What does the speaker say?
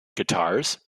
guitars